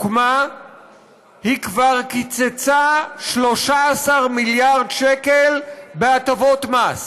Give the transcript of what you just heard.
היא כבר קיצצה 13 מיליארד שקל בהטבות מס.